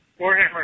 Warhammer